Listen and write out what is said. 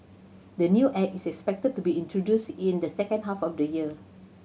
the new Act is expected to be introduced in the second half of the year